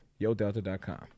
YoDelta.com